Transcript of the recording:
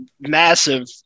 massive